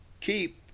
keep